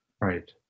Right